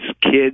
kids